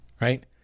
right